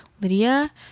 Lydia